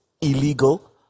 illegal